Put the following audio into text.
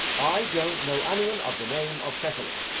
i don't know any one of the name of cecily.